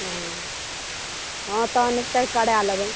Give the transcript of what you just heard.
हॅं हँ तहन ओतै करा लेबै